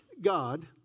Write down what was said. God